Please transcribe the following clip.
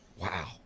Wow